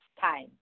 time